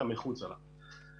אלא מחוצה לה.